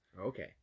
okay